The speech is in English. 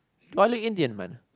toilet Indian man